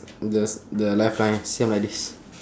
the the life line same like this